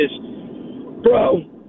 Bro